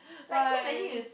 why